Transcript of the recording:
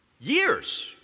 Years